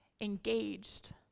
engaged